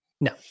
No